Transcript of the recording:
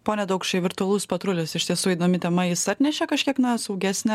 pone daukšy virtualus patrulis iš tiesų įdomi tema jis atnešė kažkiek na saugesnę